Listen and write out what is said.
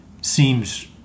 seems